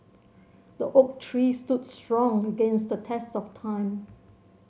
the oak tree stood strong against the test of time